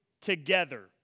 together